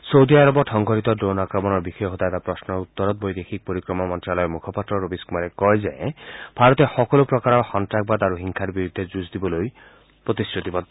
চৌদি আৰৱত সংঘটিত ড্ৰোণ আক্ৰমণ কৰা বিষয়ে সোধা এটা প্ৰশ্নৰ উত্তৰত বৈদেশিক পৰিক্ৰমা মন্তালয়ৰ মুখপাত্ৰ ৰবীশ কুমাৰে কয় যে ভাৰতে সকলো প্ৰকাৰৰ সন্তাসবাদ আৰু হিংসাৰ বিৰুদ্ধে যুঁজ দিবলৈ নিজৰ প্ৰতিশ্ৰতিবদ্ধ